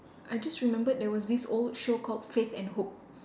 I just remembered there was this old show called faith and hope